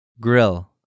Grill